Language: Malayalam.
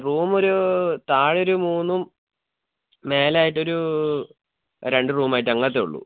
റൂമൊരു താഴെ ഒരു മൂന്നും മേലെയായിട്ടൊരു രണ്ട് റൂമായിട്ട് അങ്ങനത്തെയുള്ളു